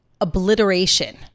obliteration